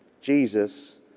Jesus